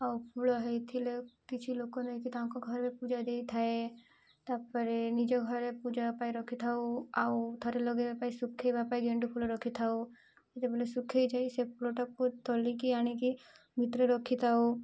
ଆଉ ଫୁଲ ହେଇଥିଲେ କିଛି ଲୋକ ନେଇକି ତାଙ୍କ ଘର ବି ପୂଜା ଦେଇଥାଏ ତା'ପରେ ନିଜ ଘରେ ପୂଜା ପାଇଁ ରଖି ଥାଉ ଆଉ ଥରେ ଲଗେଇବା ପାଇଁ ଶୁଖେଇବା ପାଇଁ ଗେଣ୍ଡୁ ଫୁଲ ରଖିଥାଉ ଯେତେବେଳେ ଶୁଖେଇଯାଇ ସେ ଫୁଲଟାକୁ ତୋଳିକି ଆଣିକି ଭିତରେ ରଖିଥାଉ